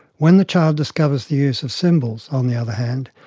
when the child discovers the use of symbols, on the other hand,